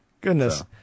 Goodness